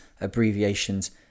abbreviations